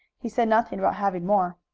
he said nothing about having more.